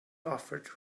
offered